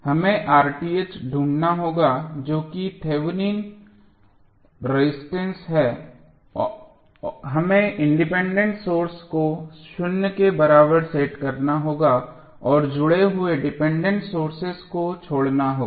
हमें ढूंढना होगा जो कि थेवेनिन रेजिस्टेंस है हमें इंडिपेंडेंट सोर्सेज को शून्य के बराबर सेट करना होगा और जुड़े हुए डिपेंडेंट सोर्सेज को छोड़ना होगा